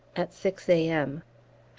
at six a m.